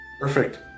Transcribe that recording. Perfect